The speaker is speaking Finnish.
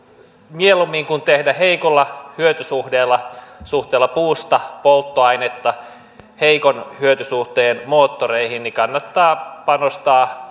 mieluummin kuin tehdä heikolla hyötysuhteella puusta polttoainetta heikon hyötysuhteen moottoreihin kannattaa panostaa